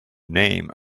name